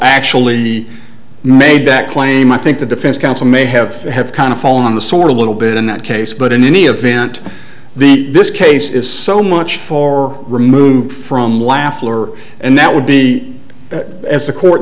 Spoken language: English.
actually made that claim i think the defense counsel may have have kind of fallen on the sort a little bit in that case but in any event the this case is so much for remove from laugh floor and that would be as the court